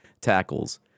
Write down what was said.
tackles